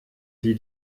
die